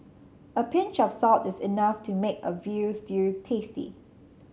a pinch of salt is enough to make a veal stew tasty